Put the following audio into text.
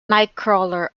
nightcrawler